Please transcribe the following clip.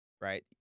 right